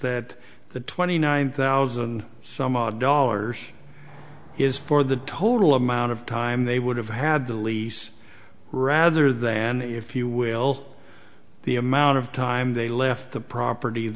that the twenty nine thousand some odd dollars is for the total amount of time they would have had to lease rather than if you will the amount of time they left the propert